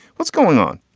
what's going on?